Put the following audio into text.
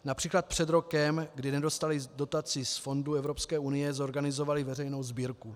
Například před rokem, kdy nedostali dotaci z fondů Evropské unie, zorganizovali veřejnou sbírku.